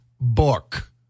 book